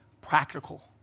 Practical